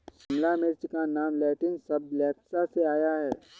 शिमला मिर्च का नाम लैटिन शब्द लेप्सा से आया है